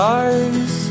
eyes